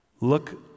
look